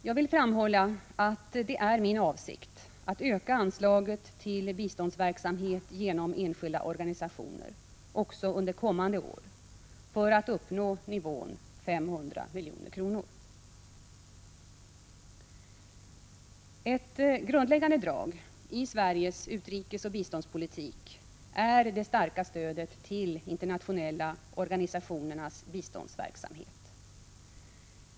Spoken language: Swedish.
Jag vill framhålla att det är min avsikt att öka anslaget till biståndsverksamhet genom enskilda organisationer också under kommande år för att uppnå nivån 500 milj.kr. Ett grundläggande drag i Sveriges utrikesoch biståndspolitik är det starka stödet till de internationella organisationernas biståndsverksamhet.